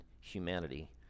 humanity